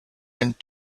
and